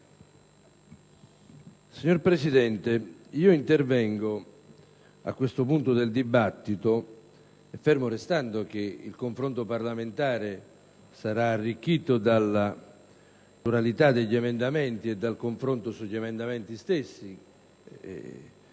Signora Presidente, intervengo a questo punto del dibattito - fermo restando che il confronto parlamentare sarà arricchito dalla pluralità degli emendamenti e dal confronto sugli emendamenti stessi